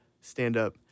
stand-up